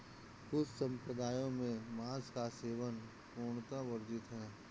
कुछ सम्प्रदायों में मांस का सेवन पूर्णतः वर्जित है